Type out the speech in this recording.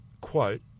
quote